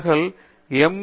அவர்கள் எம்